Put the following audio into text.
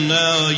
now